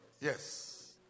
Yes